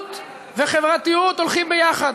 וציונות וחברתיות הולכות ביחד.